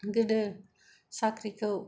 गोदो साख्रिखौ